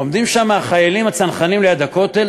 עומדים שם החיילים הצנחנים ליד הכותל,